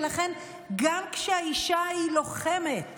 ולכן גם כשהאישה היא לוחמת